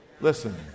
Listen